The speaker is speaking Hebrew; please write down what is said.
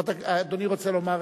אדוני היושב-ראש,